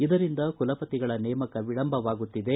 ಇದರಿಂದ ಕುಲಪತಿಗಳ ಸೇಮಕ ವಿಳಂಬವಾಗುತ್ತಿದೆ